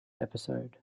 episode